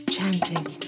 Chanting